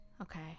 Okay